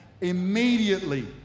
Immediately